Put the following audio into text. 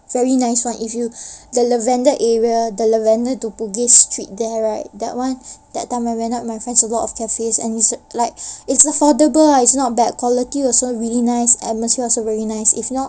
very nice one if you the lavender area the lavender to bugis street there right that one that time I went out with my friends a lot of cafe and it's err like it's like affordable uh not bad quality also really nice atmosphere also really nice if not